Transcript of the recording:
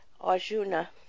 Arjuna